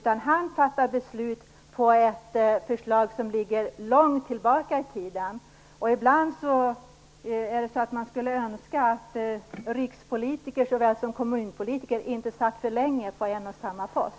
Han fattar beslut utifrån ett förslag som ligger långt tillbaka i tiden. Ibland skulle man önska att rikspolitiker såväl som kommunpolitiker inte satt för länge på en och samma post.